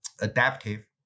adaptive